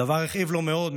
הדבר הכאיב לו מאוד,